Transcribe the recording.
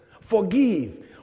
Forgive